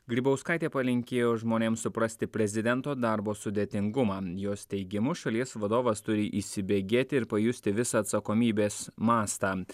grybauskaitė palinkėjo žmonėms suprasti prezidento darbo sudėtingumą jos teigimu šalies vadovas turi įsibėgėti ir pajusti visą atsakomybės mastą